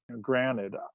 granted